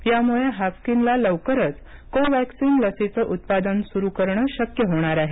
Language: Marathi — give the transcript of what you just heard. यामुळे हाफिकनला लवकरच कोवॅक्सिन लसीचं उत्पादन सुरू करणं शक्य होणार आहे